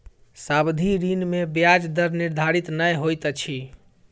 सावधि ऋण में ब्याज दर निर्धारित नै होइत अछि